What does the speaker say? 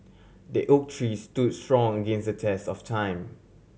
the oak tree stood strong against the test of time